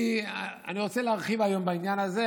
אני רוצה להרחיב היום בעניין הזה,